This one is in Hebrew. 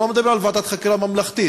אני לא מדבר על ועדת חקירה ממלכתית,